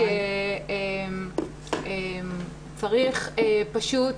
שצריך פשוט,